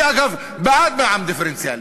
אני, אגב, בעד מע"מ דיפרנציאלי,